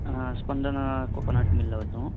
ಸ್ಪಂದನಾ coconut ಮಿಲ್ಲಾ ಇದು